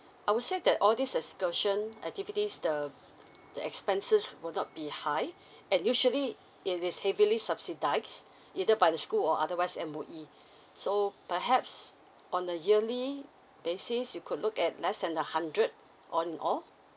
I would say that all these excursion activities the the expenses will not be high and usually it is heavily subsidised either by the school or otherwise M_O_E so perhaps on the yearly basis you could look at less than a hundred on all